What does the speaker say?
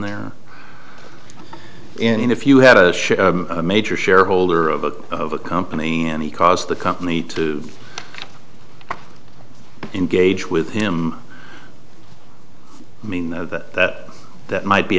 there in if you had a major shareholder of a of a company and he caused the company to engage with him mean that that might be